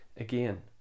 again